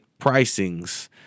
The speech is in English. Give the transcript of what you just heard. pricings